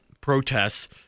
protests